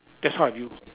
that's how I view